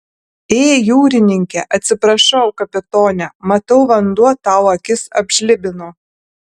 ė jūrininke atsiprašau kapitone matau vanduo tau akis apžlibino